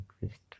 request